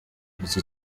iki